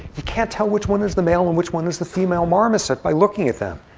you can't tell which one is the male and which one is the female marmoset by looking at them.